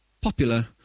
popular